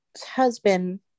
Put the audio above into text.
husband